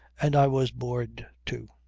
and i was bored too.